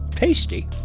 Tasty